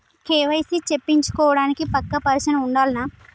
KYC చేపిచ్చుకోవడానికి పక్కా person ఉండాల్నా?